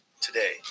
today